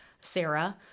Sarah